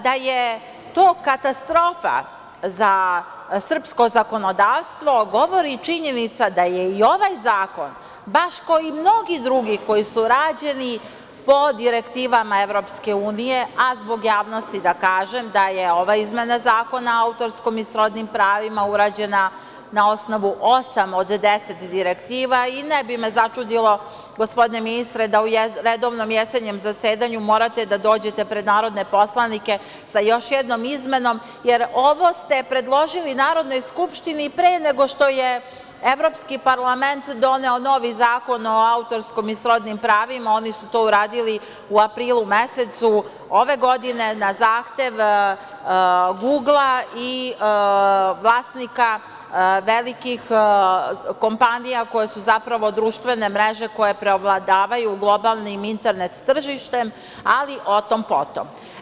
Da je to katastrofa za srpsko zakonodavstvo govori i činjenica da je i ovaj zakon, baš kao i mnogi drugi koji su rađeni po direktivama Evropske unije, a zbog javnosti da kažem da je ova izmena Zakona o autorskom i srodnim pravima urađena na osnovu osam od 10 direktiva i ne bi me začudilo, gospodine ministre, da u redovnom jesenjem zasedanju morate da dođete pred narodne poslanike sa još jednom izmenom, jer ovo ste predložili Narodnoj skupštini pre nego što je Evropski parlament doneo novi Zakon o autorskom i srodnim pravima, oni su to uradili u aprilu mesecu ove godine, na zahtev Gugla i vlasnika velikih kompanije koje su zapravo društvene mreže koje preovlađuju globalnim internet tržištem, ali o tom potom.